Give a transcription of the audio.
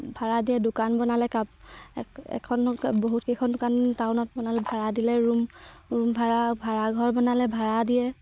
ভাড়া দিয়ে দোকান বনালে কাপ এখন বহুতকেইখন দোকান টাউনত বনালে ভাড়া দিলে ৰুম ৰুম ভাড়া ভাড়াঘৰ বনালে ভাড়া দিয়ে